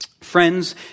Friends